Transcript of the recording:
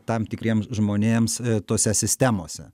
tam tikriem žmonėms tose sistemose